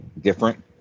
different